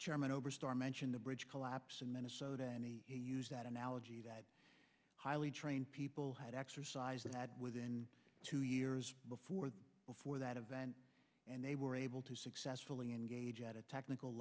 irman oberstar mentioned the bridge collapse in minnesota and he use that analogy that highly trained people had exercised that within two years before before that event and they were able to successfully engage at a technical